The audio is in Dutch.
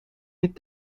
niet